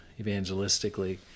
evangelistically